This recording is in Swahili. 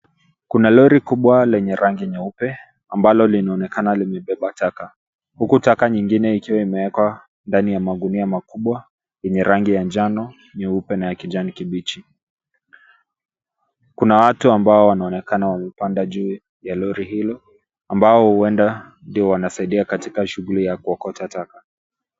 Kuna lori kubwa lenye rangi nyeupe ambalo linaonekana limebeba taka. Huku taka nyingine ikiwa imewekwa ndani ya mangunia makubwa yenye rangi ya njano, nyeupe na ya kijani kibichi. Kuna watu ambao wanaonekana wamepanda juu ya lori hilo ambao huenda ndio wanasaidia katika shughuli ya kuokota taka.